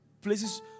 places